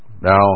Now